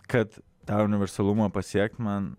kad tą universalumą pasiekti man